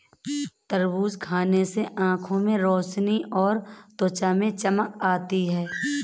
तरबूज खाने से आंखों की रोशनी और त्वचा में चमक आती है